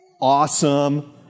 awesome